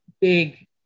big